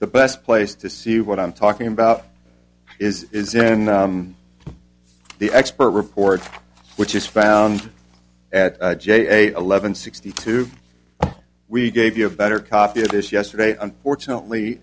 the best place to see what i'm talking about is is in the expert report which is found at j eleven sixty two we gave you a better copy of this yesterday unfortunately